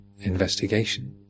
investigation